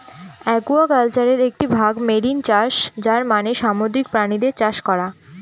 একুয়াকালচারের একটি ভাগ মেরিন চাষ যার মানে সামুদ্রিক প্রাণীদের চাষ করা